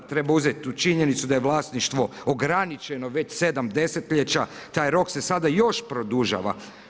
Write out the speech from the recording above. Treba uzet činjenicu da je vlasništvo ograničeno već 7 desetljeća, taj rok se sada još produžava.